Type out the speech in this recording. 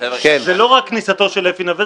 זה לא רק כניסתו של אפי נוה,